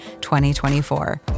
2024